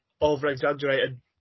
over-exaggerated